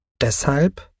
Deshalb